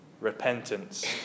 Repentance